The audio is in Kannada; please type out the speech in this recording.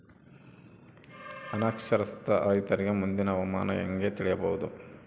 ಅನಕ್ಷರಸ್ಥ ರೈತರಿಗೆ ಮುಂದಿನ ಹವಾಮಾನ ಹೆಂಗೆ ತಿಳಿಯಬಹುದು?